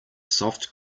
soft